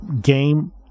game